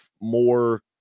more